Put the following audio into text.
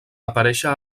aparèixer